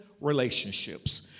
relationships